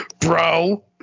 Bro